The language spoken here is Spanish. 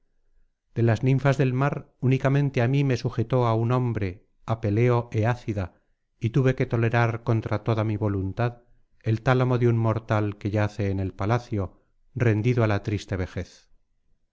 de las ninfas del mar únicamente á mí me sujetó á un hombre á peleo eácida y tuve que tolerar contra toda mi voluntad el tálamo de un mortal que yace en el palacio rendido á la triste vejez